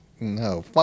no